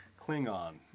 Klingon